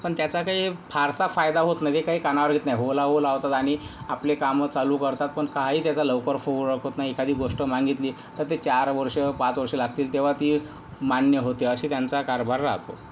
पण त्याचा काही फारसा फायदा होत नाही ते काही कानावर घेत नाही हो ला हो लावतात आणि आपले कामं चालू करतात पण काही त्याचा लवकर उपयोग दाखवत नाही एखादी गोष्ट मागितली तर ते चार वर्षं पाच वर्षं लागतील तेव्हा ती मान्य होते अशी त्यांचा कारभार राहतो